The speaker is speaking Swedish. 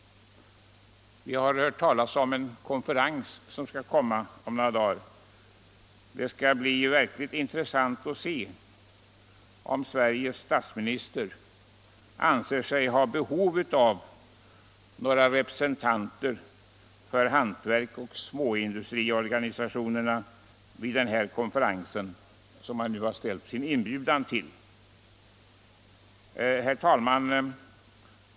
Vi har hört talas om en konferens som skall hållas om några dagar. Det skall bli verkligt intressant att se om Sveriges statsminister anser sig ha behov av representanter för hantverksoch småindustriorganisationerna vid den konferensen. Herr talman!